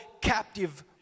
captive